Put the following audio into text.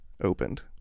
opened